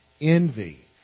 envy